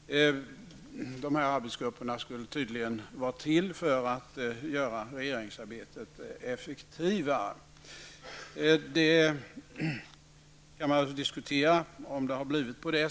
Arbetsgrupperna skulle tydligen vara till för att göra regeringsarbetet effektivare. Det kan diskuteras om det har blivit så.